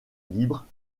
libre